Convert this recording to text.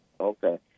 Okay